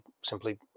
simply